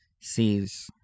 sees